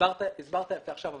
הסברת את זה עכשיו.